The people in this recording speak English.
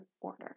order